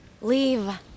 Leave